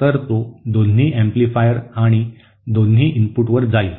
तर तो दोन्ही एम्प्लिफायर आणि दोन्ही इनपुटवर जाईल